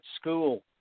school